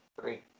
three